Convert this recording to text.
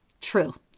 true